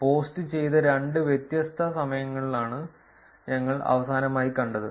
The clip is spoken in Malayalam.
പോസ്റ്റ് ചെയ്ത രണ്ട് വ്യത്യസ്ത സമയങ്ങളിലാണ് ഞങ്ങൾ അവസാനമായി കണ്ടത്